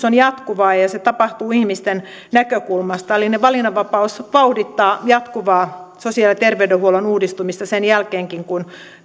on jatkuvaa ja ja se tapahtuu ihmisten näkökulmasta eli valinnanvapaus vauhdittaa jatkuvaa sosiaali ja terveydenhuollon uudistumista sen jälkeenkin kun